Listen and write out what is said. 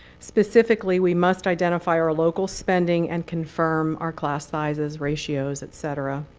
specifically, we must identify our local spending and confirm our class sizes, ratios et cetera.